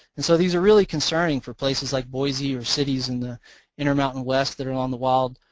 and so these are really concerning for places like boise or cities in the inter-mountain west that are on the wild,